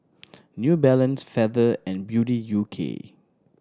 New Balance Feather and Beauty U K